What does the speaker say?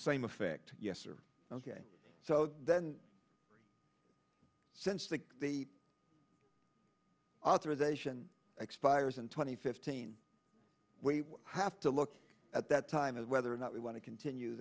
same effect yes or ok so then since the the authorization expires in twenty fifteen we have to look at that time is whether or not we want to continue